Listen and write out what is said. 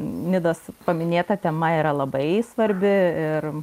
nidos paminėta tema yra labai svarbi ir